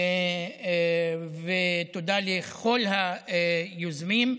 ותודה לכל היוזמים.